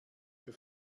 für